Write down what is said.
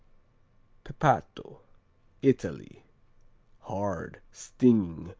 pepato italy hard stinging,